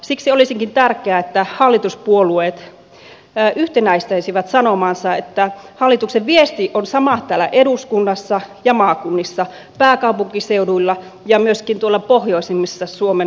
siksi olisikin tärkeää että hallituspuolueet yhtenäistäisivät sanomaansa että hallituksen viesti on sama täällä eduskunnassa ja maakunnissa pääkaupunkiseudulla ja myöskin tuolla pohjoisimmilla suomen selkosilla